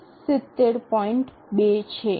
૨ છે